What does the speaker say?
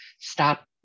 stop